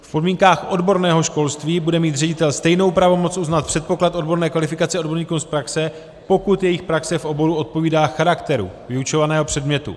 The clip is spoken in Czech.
V podmínkách odborného školství bude mít ředitel stejnou pravomoc uznat předpoklad odborné kvalifikace odborníkům z praxe, pokud jejich praxe v oboru odpovídá charakteru vyučovaného předmětu.